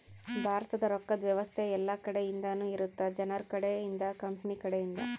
ಭಾರತದ ರೊಕ್ಕದ್ ವ್ಯವಸ್ತೆ ಯೆಲ್ಲ ಕಡೆ ಇಂದನು ಇರುತ್ತ ಜನರ ಕಡೆ ಇಂದ ಕಂಪನಿ ಕಡೆ ಇಂದ